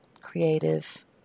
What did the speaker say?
creative